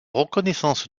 reconnaissance